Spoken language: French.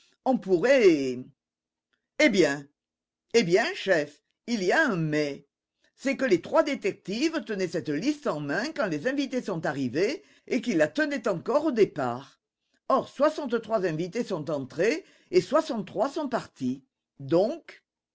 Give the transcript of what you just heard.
on pourrait eh bien eh bien chef il y a un mais c'est que les trois détectives tenaient cette liste en main quand les invités sont arrivés et qu'ils la tenaient encore au départ or soixante-trois invités sont entrés et soixante-trois sont partis donc